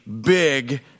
big